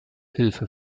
hilfe